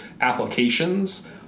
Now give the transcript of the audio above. applications